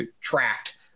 tracked